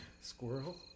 Squirrel